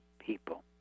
People